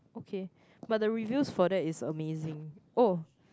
okay but the reviews for that is amazing oh